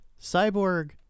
Cyborg